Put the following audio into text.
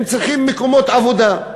הם צריכים מקומות עבודה.